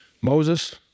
Moses